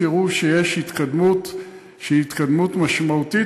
תראו שיש התקדמות שהיא התקדמות משמעותית,